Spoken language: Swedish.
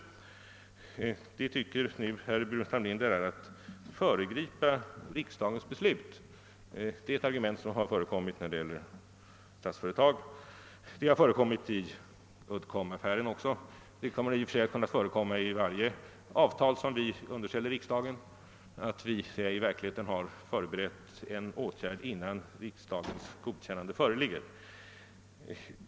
Vårt handlande tycker herr Burenstam Linder är att föregripa riksdagéns beslut och brista i respekt för riksdagen. Det är ju ett argument som har förekommit i debatten om Statsföretag AB, och det har också använts i Uddcomb-affären. I och för sig kan det vid varje avtal som underställes riksdagen anföras detta argument, att vi i verkligheten har förberett en åtgärd innan riksdagens godkännande förelegat.